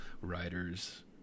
writers